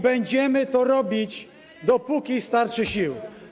Będziemy to robić, dopóki starczy sił.